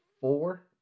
four